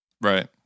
Right